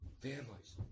families